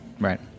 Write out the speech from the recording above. Right